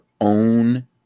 own